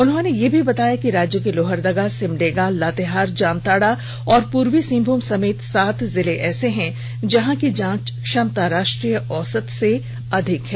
उन्होंने यह भी बताया कि राज्य के लोहरदगा सिमडेगा लातेहार जामताड़ा और पूर्वी सिंहभूम समेत सात जिले ऐसे हैं जहां की जांच क्षमता राष्ट्रीय औसत से अधिक है